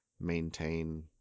maintain